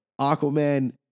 Aquaman